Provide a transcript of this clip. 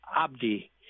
Abdi